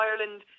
Ireland